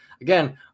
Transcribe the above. again